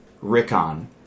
Rickon